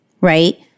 right